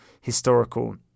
historical